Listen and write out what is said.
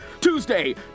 Tuesday